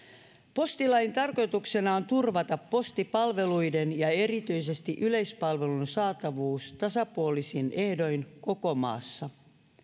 postilain tarkoituksena on turvata postipalveluiden ja erityisesti yleispalvelun saatavuus tasapuolisin ehdoin koko maassa